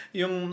yung